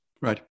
Right